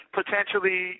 potentially